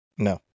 No